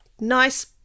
nice